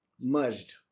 Merged